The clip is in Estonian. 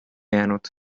jäänud